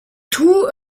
tour